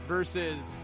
Versus